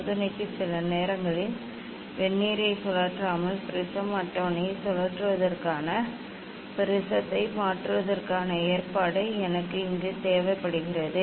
சோதனைக்கு சில நேரங்களில் வெர்னியரை சுழற்றாமல் ப்ரிஸம் அட்டவணையை சுழற்றுவதற்காக ப்ரிஸத்தை மாற்றுவதற்கான ஏற்பாடு எனக்கு தேவைப்படுகிறது